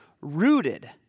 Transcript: rooted